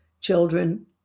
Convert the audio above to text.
children